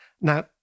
Now